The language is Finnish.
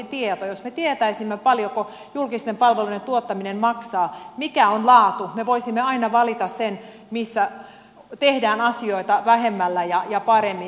jos me tietäisimme paljonko julkisten palvelujen tuottaminen maksaa ja mikä on laatu me voisimme aina valita sen missä tehdään asioita vähemmällä ja paremmin